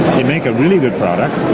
you make a really good product